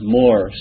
more